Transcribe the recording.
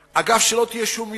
אגב, שלא תהיה שום אי-הבנה,